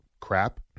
Crap